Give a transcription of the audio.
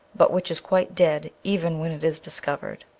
but which is quite dead, even when it is discovered.